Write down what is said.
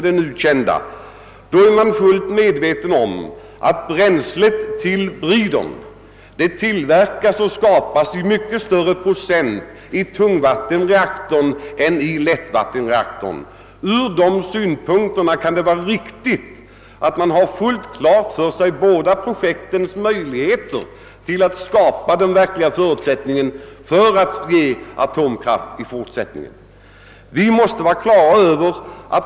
Man är fullt medveten om att bränslet till bridern skapas i mycket större procent i tungvattenreaktorn än i lättvattenreaktorn. Ur dessa synpunkter kan det därför vara riktigt att man har fullt klart för sig de bägge projektens möjligheter att skapa förutsättning för att ge atomkraft i fortsättningen.